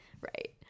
Right